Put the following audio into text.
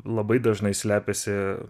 labai dažnai slepiasi